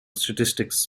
statistics